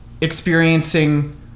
experiencing